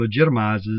legitimizes